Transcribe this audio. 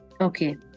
Okay